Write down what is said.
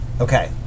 Okay